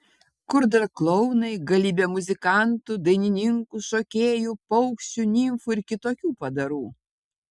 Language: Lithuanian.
kur dar klounai galybė muzikantų dainininkų šokėjų paukščių nimfų ir kitokių padarų